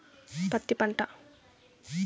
పత్తి పంట